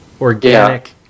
organic